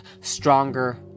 stronger